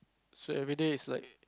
so everyday is like